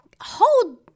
hold